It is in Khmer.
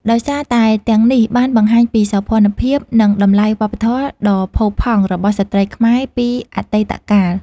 ដោយសារតែទាំងនេះបានបង្ហាញពីសោភ័ណភាព និងតម្លៃវប្បធម៌ដ៏ផូរផង់របស់ស្ត្រីខ្មែរពីអតីតកាល។